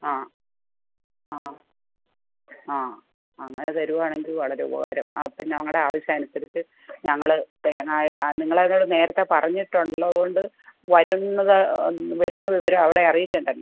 ആ ആ ആ അങ്ങനെ തരികയാണെങ്കിൽ വളരെ ഉപകാരം അപ്പോൾ ഞങ്ങളുടെ ആവശ്യം അനുസരിച്ച് ഞങ്ങൾ തേങ്ങയെ നിങ്ങൾ അവരോട് നേരത്തെ പറഞ്ഞിട്ട് ഉള്ളതുകൊണ്ട് വരുന്നത് വരുന്ന വിവരം അവിടെ അറിയിക്കേണ്ടല്ലോ